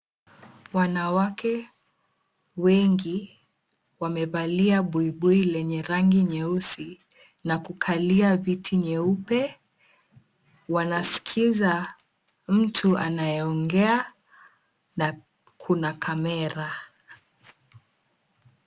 Wanawake wengi wamevalia buibui lenye rangi nyeusi na kukalia viti nyeupe. Wanaskiza mtu anayeongea na kuna kamera.